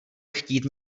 chtít